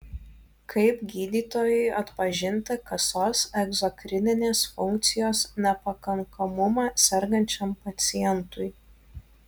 kaip gydytojui atpažinti kasos egzokrininės funkcijos nepakankamumą sergančiam pacientui